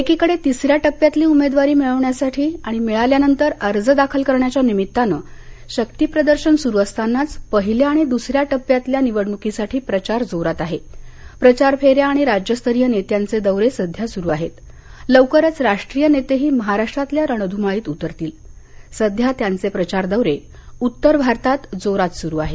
एकिकडे तिसऱ्या टप्प्यातली उमेदवारी मिळवण्यासाठी आणि मिळाल्यानंतर अर्ज दाखल करण्याच्या निमित्तानं शक्तीप्रदर्शन सुरू असतानाच पहिल्या आंणि दुसऱ्या टप्प्यातल्या निवडणुकीसाठी प्रचार जोरात आहे प्रचार फेऱ्या आणि राज्यस्तरीय नेत्यांचे दौरे सध्या सुरू आहेत लवकरच राष्ट्रीय नेतेही महाराष्ट्रातल्या रणधुमाळीत उतरतील सध्या त्यांचे प्रचार दौरे उत्तर भारतात जोरात सुरू आहेत